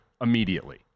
immediately